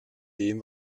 dem